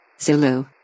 Zulu